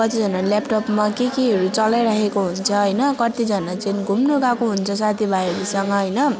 कतिजनाले ल्यापटपमा के केहरू चलाइराखेको हुन्छ होइन कतिजना चाहिँ घुम्नु गएको हुन्छ साथी भाइहरूसँग होइन